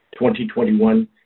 2021